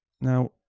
Now